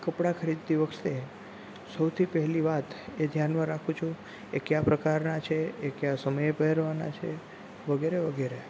કપડાં ખરીદતી વખતે સૌથી પહેલી વાત એ ધ્યાનમાં રાખું છું કે કયા પ્રકારનાં છે કયા સમયે પહેરવાનાં છે વગેરે વગેરે